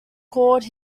called